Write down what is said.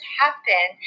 happen